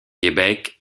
québec